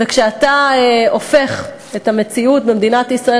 וכשאתה הופך את המציאות במדינת ישראל